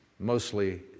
Mostly